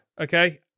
okay